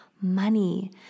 money